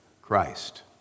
Christ